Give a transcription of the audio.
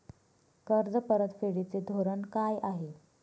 कर्ज परतफेडीचे धोरण काय आहे?